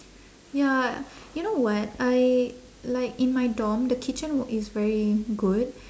ya you know what I like in my dorm the kitchen is very good